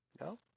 No